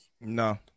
No